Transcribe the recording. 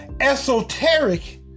esoteric